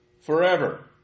forever